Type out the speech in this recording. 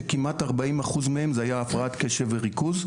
שכמעט 40 אחוז מהם זה היה הפרעת קשב וריכוז,